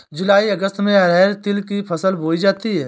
जूलाई अगस्त में अरहर तिल की फसल बोई जाती हैं